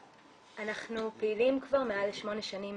אנחנו פעילים כבר מעל שמונה שנים